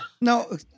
No